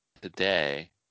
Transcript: today